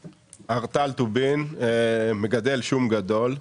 האליצין, שזה החומר הפעיל בשום הישראלי,